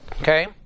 Okay